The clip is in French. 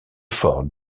fort